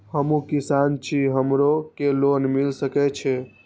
हमू किसान छी हमरो के लोन मिल सके छे?